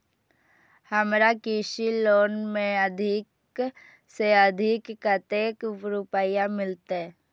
हमरा कृषि लोन में अधिक से अधिक कतेक रुपया मिलते?